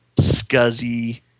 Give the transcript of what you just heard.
scuzzy